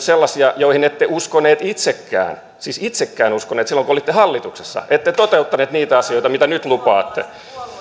sellaisia joihin ette uskoneet itsekään siis itsekään uskoneet silloin kun olitte hallituksessa ette toteuttaneet niitä asioita mitä nyt lupaatte